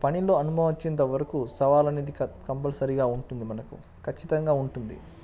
ఒక పనిలో అనుభవం వచ్చేంతవరకు సవాల్ అనేది కచ్చి కంపల్సరిగా ఉంటుంది మనకు ఖచ్చితంగా ఉంటుంది